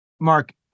Mark